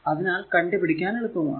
അതിനാൽ കണ്ടു പിടിക്കാൻ എളുപ്പമാണ്